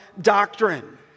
doctrine